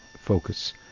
focus